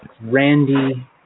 Randy